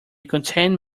contented